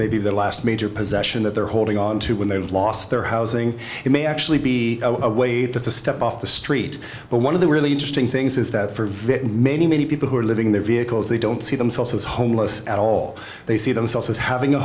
maybe their last major possession that they're holding on to when they've lost their housing it may actually be a way that's a step off the street but one of the really interesting things is that for very many many people who are living in their vehicles they don't see themselves as homeless at all they see themselves as having a